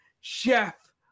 Chef